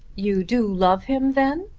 you do love him then?